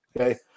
Okay